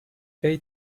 ate